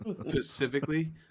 Specifically